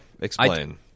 Explain